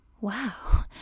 wow